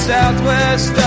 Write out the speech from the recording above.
Southwest